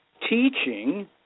teaching